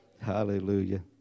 Hallelujah